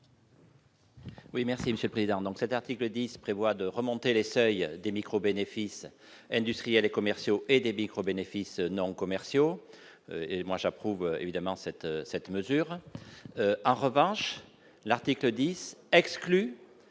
Oui, merci Monsieur le Président, donc cet article 10 prévoit de remonter les seuils des micro-bénéfices industriels et commerciaux et des micros bénéfices non commerciaux, et moi j'approuve évidemment cette cette mesure, en revanche, l'article 10 exclus